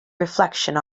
reflection